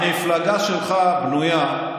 המפלגה שלך בנויה,